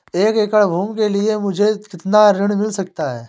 एक एकड़ भूमि के लिए मुझे कितना ऋण मिल सकता है?